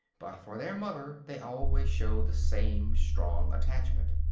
but for their mother they always show the same strong attachment.